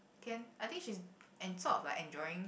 can I think she's en~ sort of like enjoying